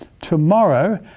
Tomorrow